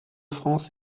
france